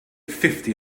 fifty